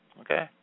Okay